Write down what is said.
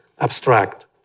abstract